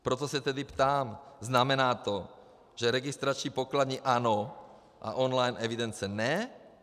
Proto se tedy ptám: Znamená to, že registrační pokladny ano, a online evidence ne?